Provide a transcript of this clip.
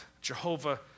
Jehovah